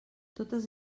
totes